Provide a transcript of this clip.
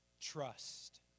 Trust